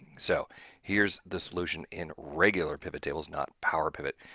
so here's the solution in regular pivot tables not power pivot.